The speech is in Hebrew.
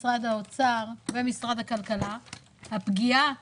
משרד האוצר ומשרד הכלכלה הפגיעה